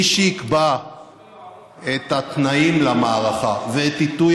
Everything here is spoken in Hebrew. מי שיקבע את התנאים למערכה ואת עיתוי